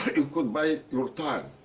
you could buy your time.